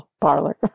parlor